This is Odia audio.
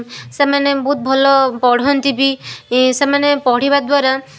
ସେମାନେ ବହୁତ ଭଲ ପଢ଼ନ୍ତି ବି ସେମାନେ ପଢ଼ିବା ଦ୍ୱାରା